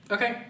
Okay